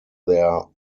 their